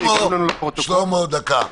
שלמה, שלמה, דקה.